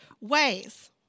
ways